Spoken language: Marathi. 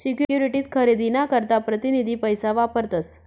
सिक्युरीटीज खरेदी ना करता प्रतीनिधी पैसा वापरतस